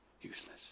useless